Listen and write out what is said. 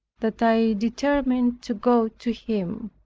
that i determined to go to him.